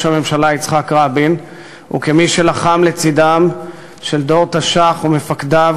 הממשלה יצחק רבין וכמי שלחם לצדם של דור תש"ח ומפקדיו,